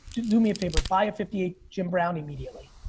do me a favor, buy a fifty eight jim brown immediately.